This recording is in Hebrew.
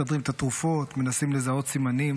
מסדרים את התרופות, מנסים לזהות סימנים.